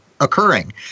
occurring